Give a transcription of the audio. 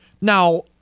Now